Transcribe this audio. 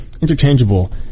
interchangeable